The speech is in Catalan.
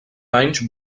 anys